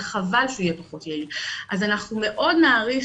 וחבל שהוא יהיה פחות יעיל, אז אנחנו מאוד נעריך,